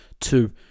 Two